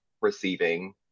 receiving